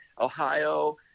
Ohio